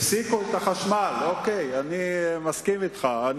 הפסיקו את החשמל, אני מסכים אתך.